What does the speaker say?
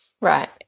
Right